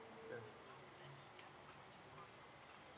yeah